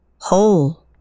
Whole